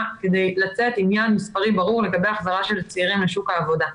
כדי לצאת עם עניין מספרי ברור לגבי החזרה של צעירים לשוק העבודה.